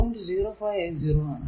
5 i 0 ആണ്